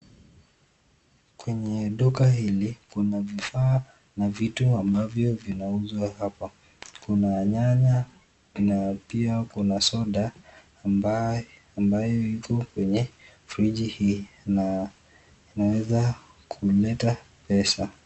Kwenye duka hili kuna vifaa ama vitu ambavyo vinauzwa hapa kuna nyanya, na pia kuna soda ambayo iko kwenye friji hii na inaweza kuleta pesa.